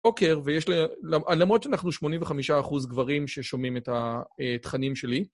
בוקר, ויש לי... למרות שאנחנו 85 אחוז גברים ששומעים את התכנים שלי...